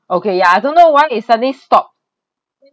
okay ya I don't know why it suddenly stopped